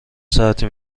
ساعتی